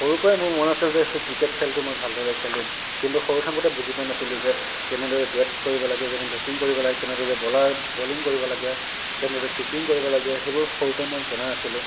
সৰুৰ পৰাই মোৰ মন আছিল যে সেই ক্ৰিকেট খেলটো মই ভালদৰে খেলিম কিন্তু সৰু থাকোতে বুজি পোৱা নাছিলোঁ যে কেনেদৰে বেট কৰিব লাগে কেনে বেটিং কৰিব লাগে কেনেদৰে বলাৰ বলিং কৰিব লাগে কেনেদৰে কিপিং কৰিব লাগে সেইবোৰ সৰুতে মই জনা নাছিলোঁ